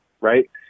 Right